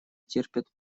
терпят